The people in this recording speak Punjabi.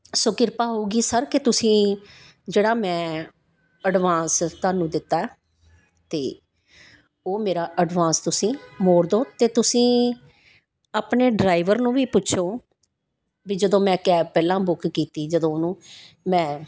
ਸੋ ਕਿਰਪਾ ਹੋਊਗੀ ਸਰ ਕੇ ਤੁਸੀਂ ਜਿਹੜਾ ਮੈਂ ਅਡਵਾਂਸ ਤੁਹਾਨੂੰ ਦਿੱਤਾ ਹੈ ਤਾਂ ਉਹ ਮੇਰਾ ਅਡਵਾਂਸ ਤੁਸੀਂ ਮੋੜ ਦਿਓ ਅਤੇ ਤੁਸੀਂ ਆਪਣੇ ਡਰਾਈਵਰ ਨੂੰ ਵੀ ਪੁੱਛੋ ਵੀ ਜਦੋਂ ਮੈਂ ਕੈਬ ਪਹਿਲਾਂ ਬੁੱਕ ਕੀਤੀ ਜਦੋਂ ਉਹਨੂੰ ਮੈਂ